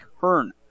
Hearn